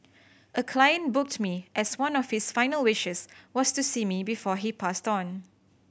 a client booked me as one of his final wishes was to see me before he passed on